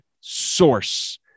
source